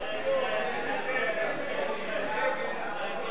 ההצעה להסיר מסדר-היום את